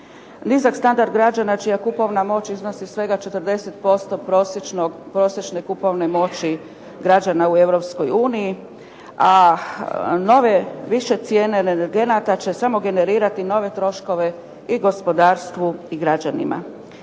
nizak standard građana čija kupovna moć iznosi svega 40% prosječne kupovne moći građana u Europskoj uniji, a nove više cijene energenata će samo generirati nove troškove i gospodarstvu i građanima.